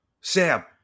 sam